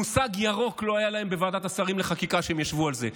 מושג ירוק לא היה להם בוועדת השרים לחקיקה כשהם ישבו על זה.